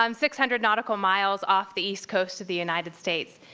um six hundred nautical miles off the east coast of the united states.